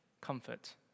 comfort